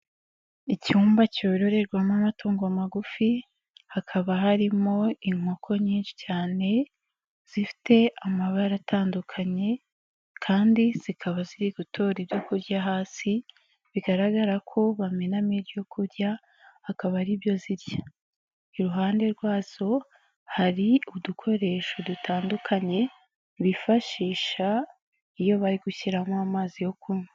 Icyumba cyororerwamo amatungo magufi, hakaba harimo inkoko nyinshi cyane, zifite amabara atandukanye kandi zikaba ziri gutora ibyokurya hasi, bigaragara ko bamenamo ibyo kurya, akaba ari byo zirya, iruhande rwazo hari udukoresho dutandukanye, bifashisha iyo bari gushyiramo amazi yo kunywa.